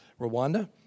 Rwanda